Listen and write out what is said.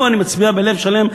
פה אני מצביע בלב שלם.